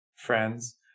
friends